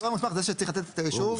הגורם המוסמך הוא זה שצריך לתת את האישור.